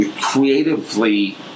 creatively